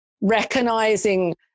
Recognizing